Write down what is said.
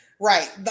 Right